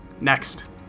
Next